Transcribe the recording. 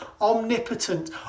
omnipotent